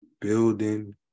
building